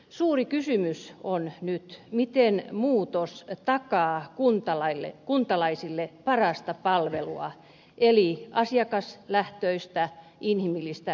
suuri kysymys on nyt miten muutos takaa kuntalaisille parasta palvelua eli asiakaslähtöistä inhimillistä hyvinvointipalvelua